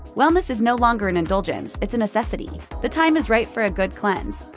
wellness is no longer an indulgence, it's a necessity. the time is right for a good cleanse.